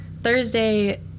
Thursday